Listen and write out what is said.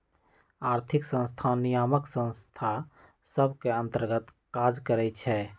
आर्थिक संस्थान नियामक संस्था सभ के अंतर्गत काज करइ छै